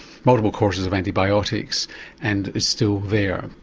multiple courses of antibiotics and it's still there.